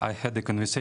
להלן תרגום חופשי)